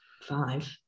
five